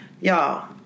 Y'all